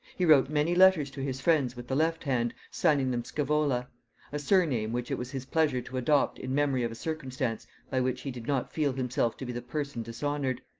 he wrote many letters to his friends with the left hand, signing them scaevola a surname which it was his pleasure to adopt in memory of a circumstance by which he did not feel himself to be the person dishonored.